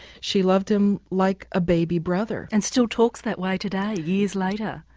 she loved him like a baby brother. and still talks that way today, years later.